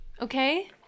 Okay